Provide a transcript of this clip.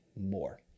more